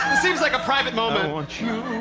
seems like a private moment. i want you